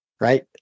right